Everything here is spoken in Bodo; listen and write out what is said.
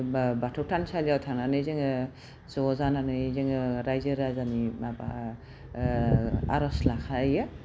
बाथौ थानसालियाव थानानै जोङो ज' जानानै जोङो रायजो राजानि माबा आर'ज लाखायो